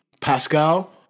Pascal